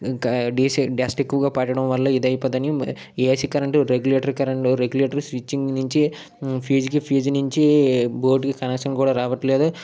క DC dust ఎక్కువ పట్టడం వల్ల ఇదైపోతన్నాయి AC current regulator current regulator switching నుంచి ఫీజ్కి ఫ్యూస్ నుంచి బోర్డుకి కనెక్షన్ కూడా రావట్లేదు